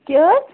کیٛاہ حظ